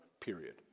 Period